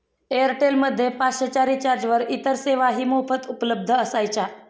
Airtel मध्ये पाचशे च्या रिचार्जवर इतर सेवाही मोफत उपलब्ध असायच्या